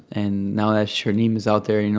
and now that her name is out there, you know,